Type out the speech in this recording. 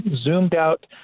zoomed-out